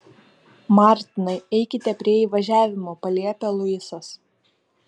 martinai eikite prie įvažiavimo paliepia luisas